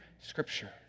Scripture